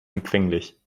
empfänglich